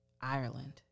Ireland